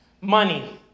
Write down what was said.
money